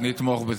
נתמוך בזה.